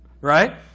Right